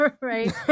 right